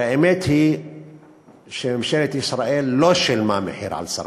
והאמת היא שממשלת ישראל לא שילמה מחיר על סרבנותה.